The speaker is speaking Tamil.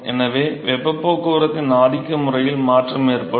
எனவே வெப்பப் போக்குவரத்தின் ஆதிக்க முறையில் மாற்றம் ஏற்படும்